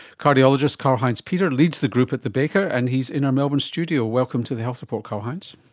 cardiologist karlheinz peter leads the group at the baker and he's in our melbourne studios. welcome to the health report karlheinz.